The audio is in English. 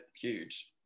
huge